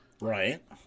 Right